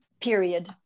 period